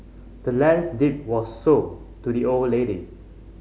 the land's deed was sold to the old lady